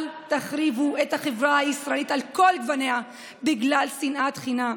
אל תחריבו את החברה הישראלית על כל גווניה בגלל שנאת חינם.